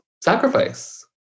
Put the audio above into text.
sacrifice